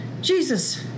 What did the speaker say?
Jesus